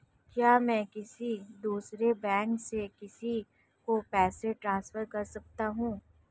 क्या मैं किसी दूसरे बैंक से किसी को पैसे ट्रांसफर कर सकता हूं?